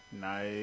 Nice